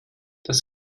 das